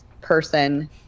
person